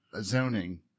zoning